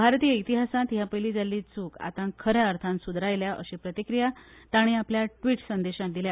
भारतीय इतिहासांत हाचे पयलीं जाल्ली चूक आतां खऱ्या अर्थान सुदारल्या अशी प्रतिक्रिया तांणी आपल्या ट्विट संदेशांत दिल्या